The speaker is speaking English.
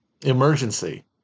emergency